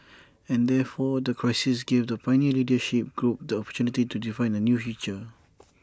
and therefore that crisis gave the pioneer leadership group the opportunity to define A new future